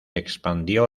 expandió